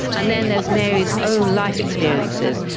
and then there's mary's own life experiences.